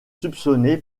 soupçonné